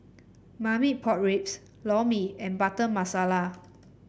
Marmite Pork Ribs Lor Mee and Butter Masala